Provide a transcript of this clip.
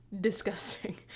disgusting